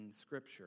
Scripture